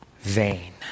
vain